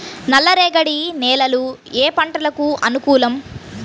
నల్లరేగడి నేలలు ఏ పంటలకు అనుకూలం?